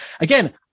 again